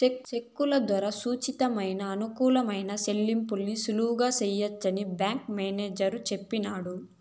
సెక్కుల దోరా సురచ్చితమయిన, అనుకూలమైన సెల్లింపుల్ని సులువుగా సెయ్యొచ్చని బ్యేంకు మేనేజరు సెప్పినాడు